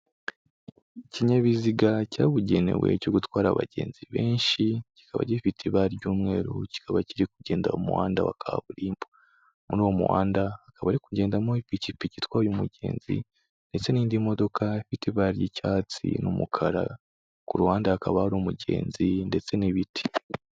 Ikinyabiziga cyabugenewe cyo gutwara abagenzi benshi, kikaba gifite ibara ry'umweru, kikaba kiri kugenda mu muhanda wa kaburimbo. Muri uwo muhanda, hakaba hari kugendamo ipikipiki itwaye umugenzi, ndetse n'indi modoka ifite ibara ry'icyatsi n'umukara, ku ruhande hakaba hari umugenzi ndetse n'ibiti.